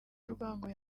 urwango